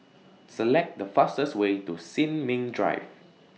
Select The fastest Way to Sin Ming Drive